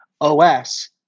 OS